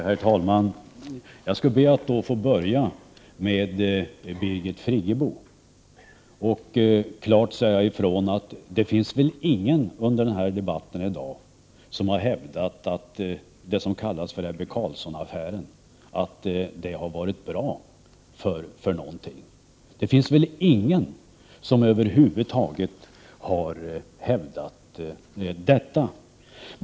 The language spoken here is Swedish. Herr talman! Jag vill först vända mig till Birgit Friggebo och klart säga ifrån att det väl inte finns någon som under debatten i dag har hävdat att det som kallas för Ebbe Carlsson-affären har varit bra för någonting. Det finns väl över huvud taget ingen som har hävdat detta.